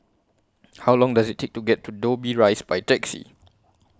How Long Does IT Take to get to Dobbie Rise By Taxi